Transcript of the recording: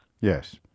Yes